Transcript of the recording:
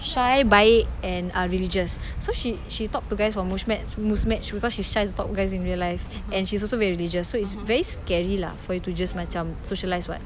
shy baik and are religious so she she talk to guys from Muzmatch Muzmatch because she's shy to talk to guys in real life and she's also very religious so is very scary lah for you to just macam socialise [what]